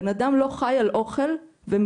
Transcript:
בן אדם לא חי על אוכל ומיטה,